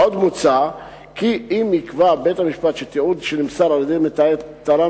עוד מוצע כי אם יקבע בית-המשפט שתיעוד שנמסר על-ידי מתעד תרם